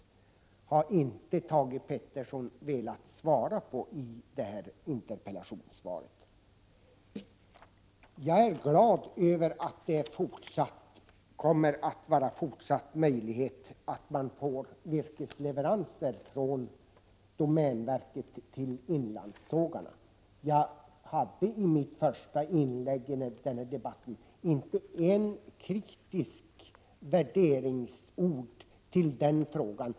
Thage G Peterson har inte velat svara på mina frågor. Jag är glad över att det även fortsättningsvis kommer att vara möjligt att få virkesleveranser från domänverket till inlandssågarna. Jag sade i mitt första inlägg inte ett enda kritiskt ord på denna punkt.